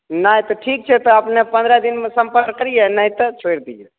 नहि तऽ ठीक छै तऽ अपने पन्द्रह दिनमे सम्पर्क करियै नहि तऽ छोड़ि दियै